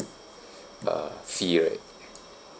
uh fee right